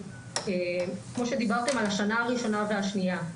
כמו שדיברתם על השנה הראשונה והשנייה,